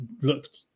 looked